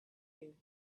you